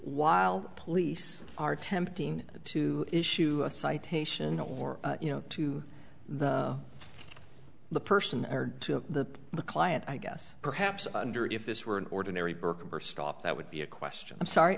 while police are tempting to issue a citation or you know to the the person or to the client i guess perhaps under if this were an ordinary burqa or stop that would be a question i'm sorry